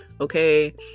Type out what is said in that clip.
okay